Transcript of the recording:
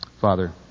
Father